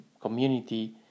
community